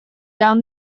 down